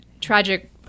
tragic